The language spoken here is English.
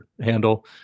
handle